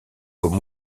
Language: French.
comme